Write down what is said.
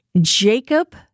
Jacob